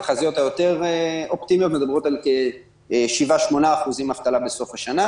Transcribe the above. התחזיות היותר אופטימיות מדברות על כשבעה-שמונה אחוזי אבטלה בסוף השנה.